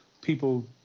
people